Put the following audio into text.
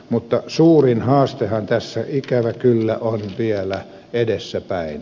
mutta suurin haastehan tässä ikävä kyllä on vielä edessäpäin